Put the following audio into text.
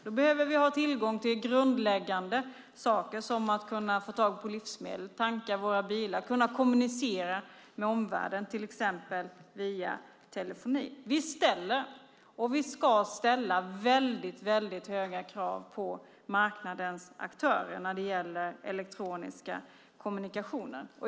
Då behöver vi ha tillgång till grundläggande saker som att kunna få tag på livsmedel, tanka våra bilar och kunna kommunicera med omvärlden, till exempel via telefoni. Vi ställer, och vi ska ställa, väldigt höga krav på marknadens aktörer när det gäller elektroniska kommunikationer.